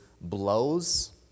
Blows